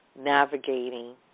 navigating